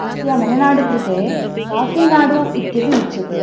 अस्य मलेनाडु कृते कापिनाडु इत्यपि उच्यते